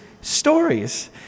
stories